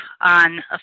on